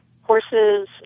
horses